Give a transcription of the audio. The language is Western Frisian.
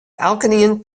elkenien